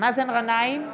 מאזן גנאים,